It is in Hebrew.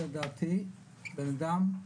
זאת דעתי, בן אדם,